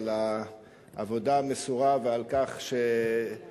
תודה לך על העבודה המסורה ועל כך שהבאת